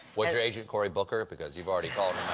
was your agent cory booker? because you already called